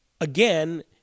again